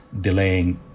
delaying